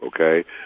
okay